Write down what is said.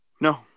No